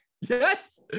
Yes